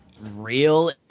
real